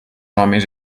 homes